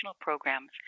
programs